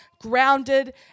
Grounded